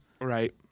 right